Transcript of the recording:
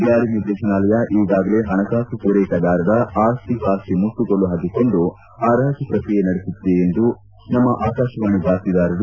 ಜಾರಿ ನಿರ್ದೇಶನಾಲಯ ಈಗಾಗಲೇ ಪಣಕಾಸು ಪೂರೈಕೆದಾರರ ಆಸ್ತಿ ಪಾಸ್ತಿ ಮುಟ್ಸಿಗೋಲು ಹಾಕಿೊಂಡು ಪರಾಜು ಪ್ರಕ್ರಿಯೆ ನಡೆಸುತ್ತಿದೆ ಎಂದು ನಮ್ನ ಆಕಾಶವಾಣಿ ಬಾತ್ಸೀದಾರರು